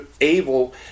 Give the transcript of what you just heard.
able